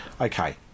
Okay